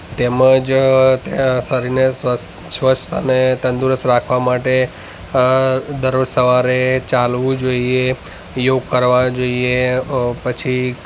તેમજ શરીરને સ્વસ સ્વચ્છ અને તંદુરસ્ત રાખવા માટે દરરોજ સવારે ચાલવું જોઈએ યોગ કરવા જોઈએ પછી